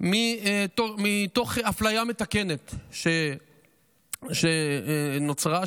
מתוך אפליה מתקנת שנוצרה,